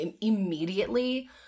immediately